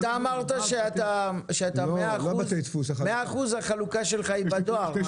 אמרת ש-100 אחוזים החלוקה שלך היא בדואר.